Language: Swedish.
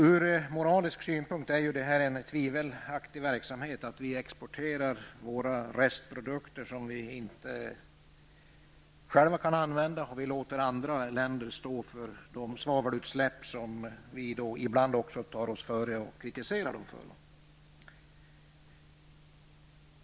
Från moralisk synpunkt är denna export av restprodukter som vi inte själva kan använda en tvivelaktig verksamhet. Andra länder får stå för de svavelutsläpp som vi ibland tar oss före att kritisera dessa länder för.